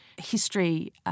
history